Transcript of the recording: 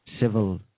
civil